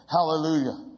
Hallelujah